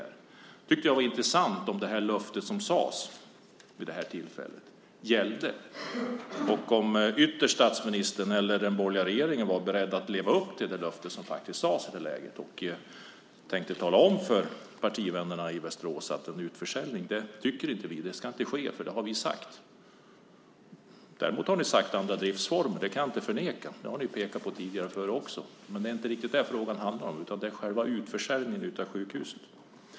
Det var därför intressant att veta om det löfte gällde som vid det här tillfället gavs och om ytterst statsministern och den borgerliga regeringen var beredda att leva upp till vad som lovades och tänkte säga till partivännerna i Västerås: En utförsäljning tycker inte vi ska ske, för det har vi sagt. Att ni däremot har talat om andra driftsformer kan jag inte förneka. Ni har ju tidigare pekat på det. Men det är inte riktigt det som frågan handlar om, utan det gäller själva utförsäljningen av sjukhuset.